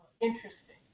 interesting